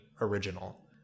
Original